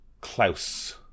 Klaus